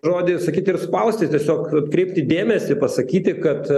žodį sakyti ir spausti tiesiog atkreipti dėmesį pasakyti kad